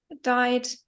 died